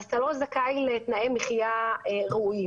אז אתה לא זכאי לתנאי מחיה ראויים.